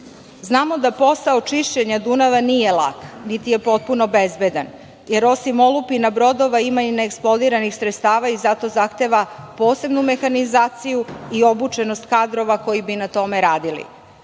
da posao čišćenja Dunava nije lak, niti je potpuno bezbedan, jer osim olupina brodova ima i neeksplodiranih sredstava i zato zahteva posebnu mehanizaciju i obučenost kadrova koji bi na tome radili. Upravo